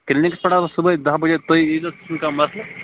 clinics پیٚٹھ آس صُبحے دٔہ بَجے تُہۍ یٖیزیٚو سُہ چھُنہٕ کانٛہہ مَسلہٕ